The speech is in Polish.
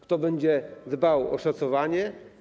Kto będzie dbał o szacowanie?